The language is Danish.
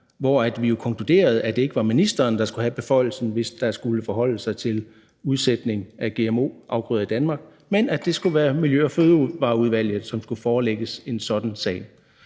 hvor vi jo konkluderede, at det ikke var ministeren, der skulle have beføjelsen, hvis man skulle forholde sig til udsætning af gmo-afgrøder i Danmark, men at det skulle være Miljø- og Fødevareudvalget, som skulle forelægges en sådan sag.